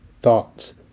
Thoughts